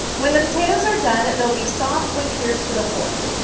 when the potatoes are done, they'll be soft when pierced with a fork.